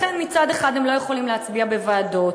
לכן מצד אחד הם לא יכולים להצביע בוועדות,